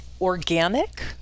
organic